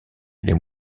les